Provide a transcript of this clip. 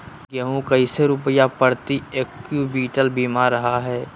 गेंहू कैसे रुपए प्रति क्विंटल बिक रहा है?